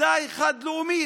די חד-לאומית,